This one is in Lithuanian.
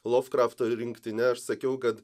lovkrafto rinktinę aš sakiau kad